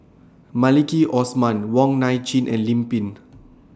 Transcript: Maliki Osman Wong Nai Chin and Lim Pin